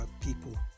people